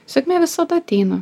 sėkmė visada ateina